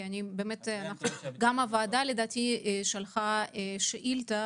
הוועדה שלחה שאילתה